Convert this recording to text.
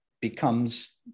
becomes